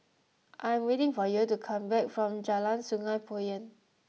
I am waiting for Yael to come back from Jalan Sungei Poyan